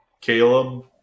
Caleb